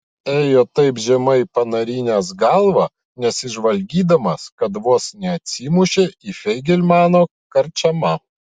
ėjo taip žemai panarinęs galvą nesižvalgydamas kad vos neatsimušė į feigelmano karčiamą